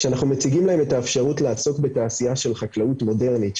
כשאנחנו מציגים להם את האפשרות לעסוק בתעשייה של חקלאות מודרנית,